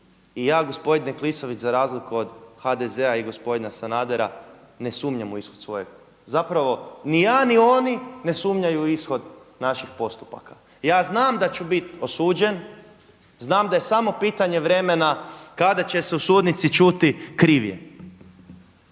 I ja gospodine Klisović za razliku od HDZ-a i gospodina Sanadera ne sumnjam u ishod svoje, zapravo ni ja ni oni ne sumnjaju u ishod naših postupaka. Ja znam da ću bit osuđen, znam da je samo pitanje vremena kada će se u sudnici čuti kriv je,